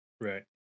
right